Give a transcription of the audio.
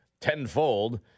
tenfold